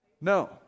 No